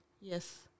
Yes